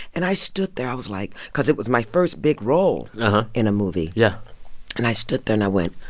and i stood there, i was like cause it was my first big role in a movie yeah and i stood there and i went,